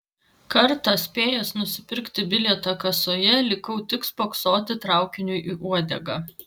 kartą spėjęs nusipirkti bilietą kasoje likau tik spoksoti traukiniui į uodegą